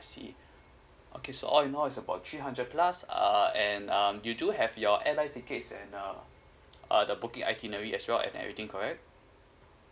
I see okay so all in all is about three hundred plus uh and um you do have your airline tickets and uh uh the booking itinerary as well and everything correct